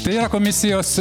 tai yra komisijos